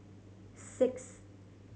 sixth